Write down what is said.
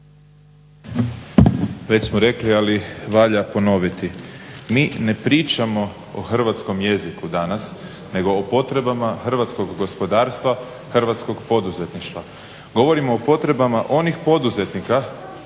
Već smo reli ali valja ponoviti. Mi ne pričamo o hrvatskom jeziku danas nego o potrebama hrvatskog gospodarstva hrvatskog poduzetništva. Govorimo o potrebama onih poduzetnika